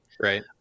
right